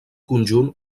conjunt